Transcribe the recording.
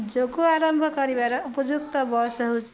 ଯୋଗ ଆରମ୍ଭ କରିବାର ଉପଯୁକ୍ତ ବୟସ ହେଉଛିି